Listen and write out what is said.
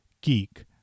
Geek